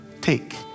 take